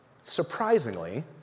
Surprisingly